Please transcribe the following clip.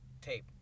tape